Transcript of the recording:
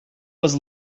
was